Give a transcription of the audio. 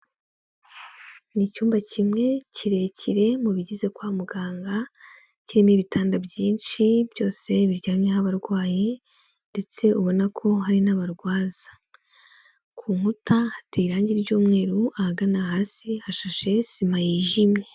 Ni icyumba kimwe kirekire mu bigize kwa muganga, kirimo ibitanda byinshi byose biryamyeho abarwayi ndetse ubona ko hari n'abarwaza. Ku nkuta hateye irangi ry'umweru, ahagana hasi hashashe sima yijimye.